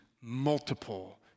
multiple